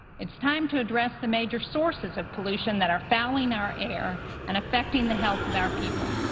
it's time to address the major sources of pollution that are fouling our air and affecting the health of our people.